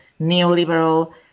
neoliberal